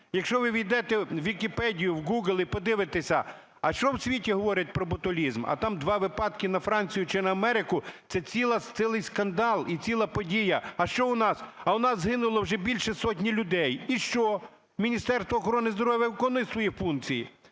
якщо ви ввійдете у Вікіпедію в Google і подивитеся, а що в світі говорять про ботулізм, а там два випадки на Францію чи на Америку – це цілий скандал і ціла подія. А що у нас? А у нас згинуло вже більше сотні людей і що? Міністерство охорони здоров'я виконує свої функції?